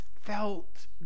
felt